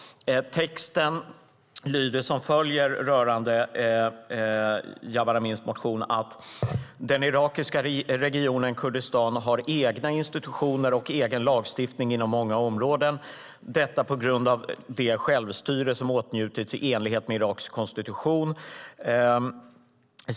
Texten lyder som följer rörande Jabar Amins motion: Den irakiska regionen Kurdistan har egna institutioner och egen lagstiftning inom många områden, detta på grund av det självstyre som åtnjutits i enlighet med Iraks konstitution.